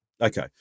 Okay